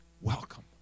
welcome